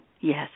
Yes